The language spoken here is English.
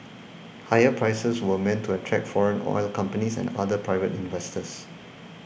higher prices were meant to attract foreign oil companies and other private investors